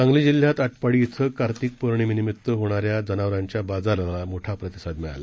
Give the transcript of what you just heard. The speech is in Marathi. सांगलीजिल्ह्यातआटपाडीब्रिंकार्तिकपौर्णिमेनिमित्तहोणाऱ्याजनावरांच्याबाजारालामोठाप्रतिसादमिळाला